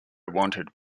wanted